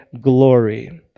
glory